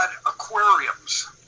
aquariums